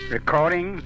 Recording